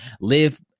live